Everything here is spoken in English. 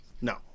No